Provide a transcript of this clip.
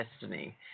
destiny